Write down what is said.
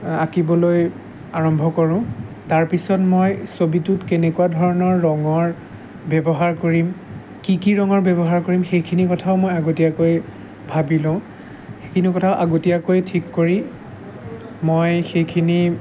আঁকিবলৈ আৰম্ভ কৰোঁ তাৰপিছত মই ছবিটোত কেনেকুৱা ধৰণৰ ৰঙৰ ব্যৱহাৰ কৰিম কি কি ৰঙৰ ব্যৱহাৰ কৰিম সেইখিনি কথাও মই আগতীয়াকৈ ভাবি লওঁ সেইখিনি কথাও আগতীয়াকৈ ঠিক কৰি মই সেইখিনি